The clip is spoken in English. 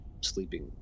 sleeping